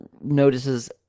notices